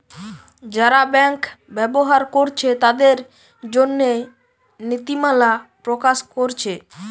যারা ব্যাংক ব্যবহার কোরছে তাদের জন্যে নীতিমালা প্রকাশ কোরছে